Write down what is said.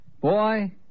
Boy